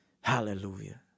Hallelujah